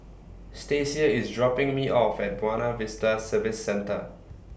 Stasia IS dropping Me off At Buona Vista Service Centre